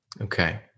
Okay